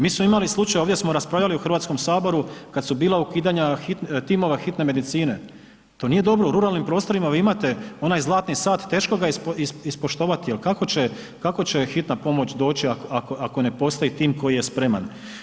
Mi smo imali slučaj, ovdje smo raspravljali u HS kad su bila ukidanja timova hitne medicine, to nije dobro, u ruralnim prostorima vi imate onaj zlatni sat, teško ga je ispoštovati jer kako će Hitna pomoć doći ako ne postoji tim koji je spreman.